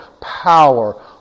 power